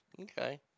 Okay